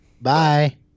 bye